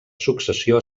successió